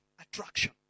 attraction